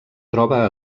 troba